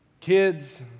Kids